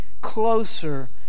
closer